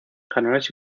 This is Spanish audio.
canales